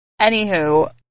Anywho